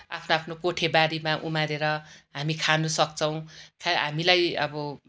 आफ्नो आफ्नो कोठेबारीमा उमारेर हामी खानु सक्छौँ खै हामीलाई अब